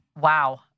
Wow